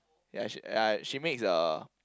ya she ya she makes a